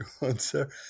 answer